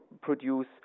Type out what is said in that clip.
produce